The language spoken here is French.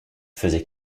faisait